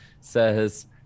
says